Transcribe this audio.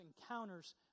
encounters